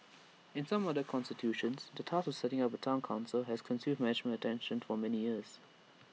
in some other constituencies the task of setting up A Town Council has consumed management attention for many years